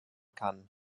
kann